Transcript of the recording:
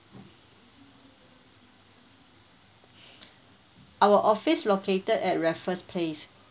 our office located at raffles place